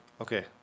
Okay